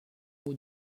moue